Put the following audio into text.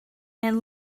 and